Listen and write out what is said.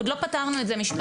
עוד לא פתרנו את זה משפטית.